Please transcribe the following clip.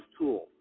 tool